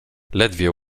ledwie